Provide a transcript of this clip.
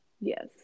Yes